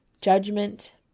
judgment